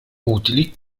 utili